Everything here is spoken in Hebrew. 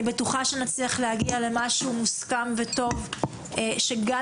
אני בטוחה שנצליח להגיע למשהו מוסכם וטוב שגם